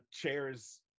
chairs